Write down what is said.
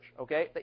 Okay